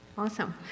Awesome